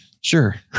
sure